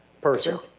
person